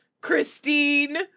Christine